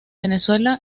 venezuela